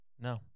No